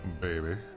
baby